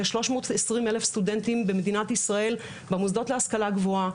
יש 320 אלף סטודנטים במדינת ישראל במוסדות להשכלה גבוהה.